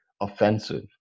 offensive